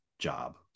job